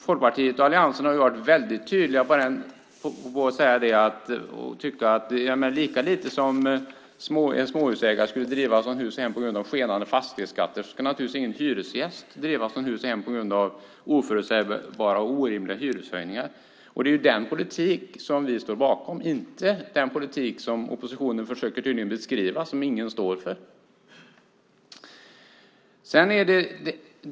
Folkpartiet och alliansen har varit väldigt tydliga med att lika lite som en småhusägare skulle drivas från hus och hem på grund av skenande fastighetsskatter skulle en hyresgäst drivas från hus och hem på grund av oförutsägbara och orimliga hyreshöjningar. Det är ju den politiken vi står bakom, inte den politik som oppositionen tydligen försöker beskriva, som ingen står för.